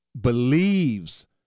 believes